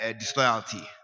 disloyalty